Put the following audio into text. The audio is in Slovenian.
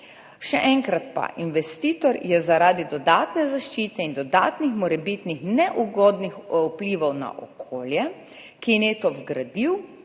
Še enkrat, investitor je zaradi dodatne zaščite in dodatnih morebitnih neugodnih vplivov na okolje kineto vgradil